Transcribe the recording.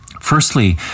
Firstly